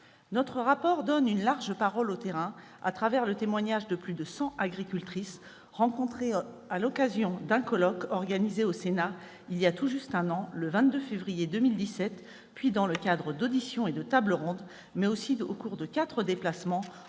Ce rapport donne largement la parole au terrain, au travers du témoignage de plus de cent agricultrices, rencontrées à l'occasion d'un colloque organisé au Sénat, il y a tout juste un an, le 22 février 2017, puis dans le cadre d'auditions et de tables rondes, ainsi qu'au cours de quatre déplacements en